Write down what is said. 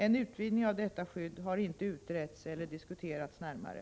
En utvidgning av detta skydd har inte utretts eller diskuterats närmare.